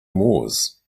moors